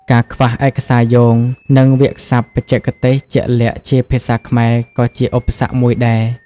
ការខ្វះឯកសារយោង និងវាក្យសព្ទបច្ចេកទេសជាក់លាក់ជាភាសាខ្មែរ ក៏ជាឧបសគ្គមួយដែរ។